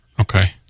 Okay